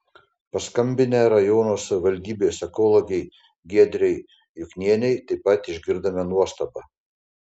paskambinę rajono savivaldybės ekologei giedrei juknienei taip pat išgirdome nuostabą